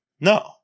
No